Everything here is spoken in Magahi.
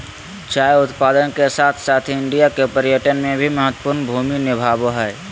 चाय उत्पादन के साथ साथ इंडिया के पर्यटन में भी महत्वपूर्ण भूमि निभाबय हइ